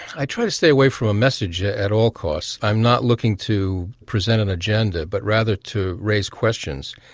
i try to stay away from a message ah at all costs. i'm not looking to present an agenda but rather to raise questions.